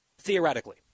theoretically